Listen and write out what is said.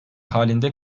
halinde